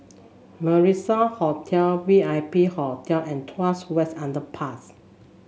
Marrison Hotel V I P Hotel and Tuas West Underpass